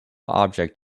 object